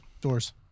Doors